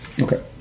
Okay